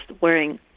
wearing